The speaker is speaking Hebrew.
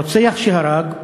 הרוצח שהרג,